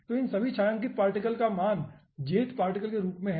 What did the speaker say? तो इन सभी छायांकित पार्टिकल्स का मान jth पार्टिकल के रूप में है